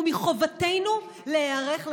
ומחובתנו להיערך לכך.